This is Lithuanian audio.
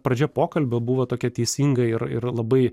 pradžia pokalbio buvo tokia teisinga ir ir labai